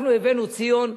אנחנו הבאנו, ציון,